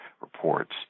reports